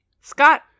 Scott